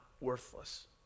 worthless